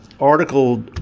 article